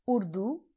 Urdu